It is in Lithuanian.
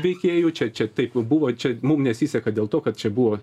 veikėjų čia čia taip buvo čia mum nesiseka dėl to kad čia buvo